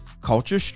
culture